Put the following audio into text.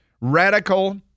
radical